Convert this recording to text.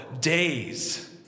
days